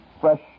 fresh